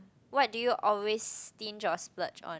what do you always stinge or splurge on